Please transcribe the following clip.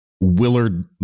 Willard